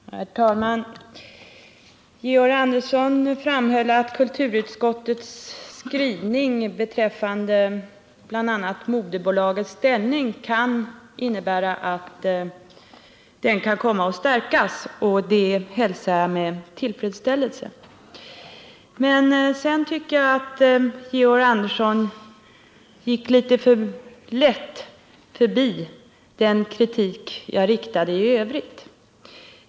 Herr talman! Georg Andersson framhöll att kulturutskottets skrivning beträffande bl.a. moderbolagets ställning kan innebära att den kommer att stärkas, och det hälsar jag med tillfredsställelse. Men sedan tycker jag att Georg Andersson gick litet för lätt förbi den kritik jag riktade i övrigt.